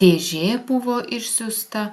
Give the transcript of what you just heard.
dėžė buvo išsiųsta